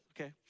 okay